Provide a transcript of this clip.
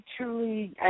truly